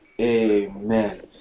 Amen